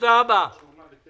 זה לא בא על חשבון המדינה.